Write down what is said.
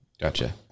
gotcha